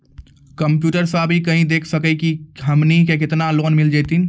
Computer सा भी कही देख सकी का की हमनी के केतना लोन मिल जैतिन?